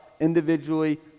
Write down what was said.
individually